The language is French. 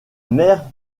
mère